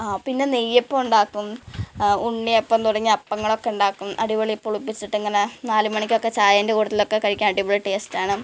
ആ പിന്നെ നെയ്യപ്പമുണ്ടാക്കും ഉണ്ണിയപ്പം തുടങ്ങി അപ്പങ്ങളൊക്കെ ഉണ്ടാക്കും അടിപൊളി പുളിപ്പിച്ചിട്ടിങ്ങനെ നാലു മണിക്കൊക്കെ ചായൻ്റെ കൂടതലൊക്കെ കഴിക്കാൻ അടിപൊളി ടേസ്റ്റ് ആണ്